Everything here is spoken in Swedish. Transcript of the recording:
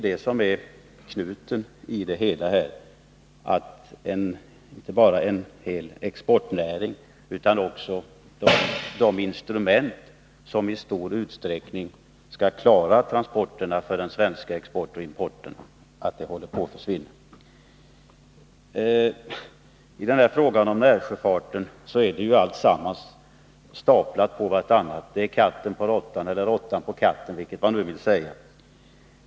Inte bara en exportnäring utan också de instrument som i stor utsträckning skall klara transporterna för den svenska exporten och importen håller på att försvinna. I fråga om närsjöfarten hänger alltsammans ihop — det är katten på råttan, råttan på repet osv.